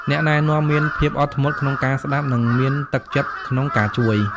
អ្នកណែនាំមានភាពអត់ធ្មត់ក្នុងការស្តាប់ និងមានទឹកចិត្តក្នុងការជួយ។